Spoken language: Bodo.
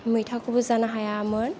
मैथाखौबो जानो हायामोन